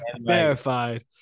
verified